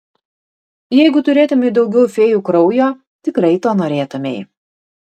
jeigu turėtumei daugiau fėjų kraujo tikrai to norėtumei